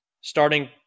starting